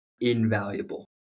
Invaluable